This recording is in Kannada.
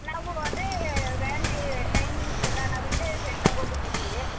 ನಾವು ಅದೇ ವ್ಯಾನ್ ಟೈಮಿಂಗ್ಸ್ ಎಲ್ಲ ನಾವು ಇಲ್ಲೆ ಸೆಟ್ಲಾಗಿ ಹೋಗಿಬಿಟ್ಟಿದ್ದೀವಿ